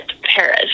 Paris